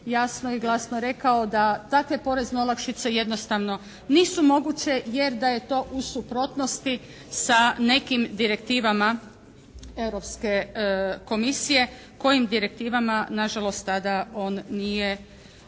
jasno i glasno rekao da takve porezne olakšice jednostavno nisu moguće jer da je to u suprotnosti sa nekim direktivama Europske unije. Kojim direktivama nažalost tada on nije